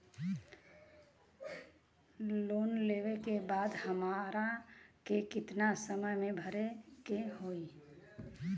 Loan लेवे के बाद हमरा के कितना समय मे भरे के होई?